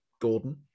Gordon